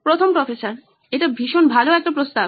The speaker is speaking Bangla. প্রফেসর 1 এটা ভীষণ ভালো একটা প্রস্তাব